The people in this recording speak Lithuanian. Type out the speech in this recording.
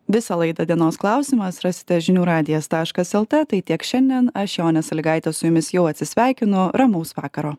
visą laidą dienos klausimas rasite žinių radijas taškas el t tai tiek šiandien aš jonė salygaitė su jumis jau atsisveikinu ramaus vakaro